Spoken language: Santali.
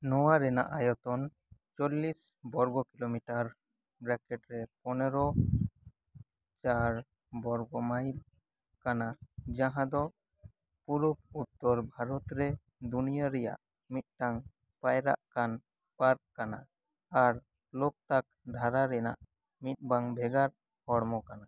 ᱱᱚᱣᱟ ᱨᱮᱱᱟᱜ ᱟᱭᱚᱛᱚᱱ ᱪᱚᱞᱞᱤᱥ ᱵᱚᱨᱜᱚ ᱠᱤᱞᱳᱢᱤᱴᱟᱨ ᱵᱨᱮᱠᱮᱴ ᱨᱮ ᱯᱚᱱᱮᱨᱚ ᱪᱟᱨ ᱵᱚᱨᱜᱚ ᱢᱟᱭᱤᱠ ᱠᱟᱱᱟ ᱡᱟᱦᱟᱸ ᱫᱚ ᱯᱩᱨᱩᱵᱽ ᱩᱛᱛᱚᱨ ᱵᱷᱟᱨᱚᱛ ᱨᱮ ᱫᱩᱱᱤᱭᱟᱹ ᱨᱮᱱᱟᱜ ᱢᱤᱫᱴᱟᱝ ᱯᱟᱭᱨᱟᱜ ᱠᱟᱱ ᱯᱟᱨᱠ ᱠᱟᱱᱟ ᱟᱨ ᱞᱳᱠ ᱛᱟᱠ ᱫᱷᱟᱨᱟ ᱨᱮᱱᱟᱜ ᱢᱤᱫ ᱵᱟᱝ ᱵᱷᱮᱜᱟᱨ ᱦᱚᱲᱢᱚ ᱠᱟᱱᱟ